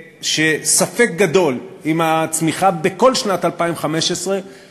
שספק גדול אם הצמיחה בכל שנת 2015 תכסה